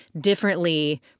differently